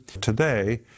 Today